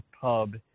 pub